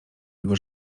jego